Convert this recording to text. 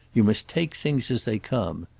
you must take things as they come.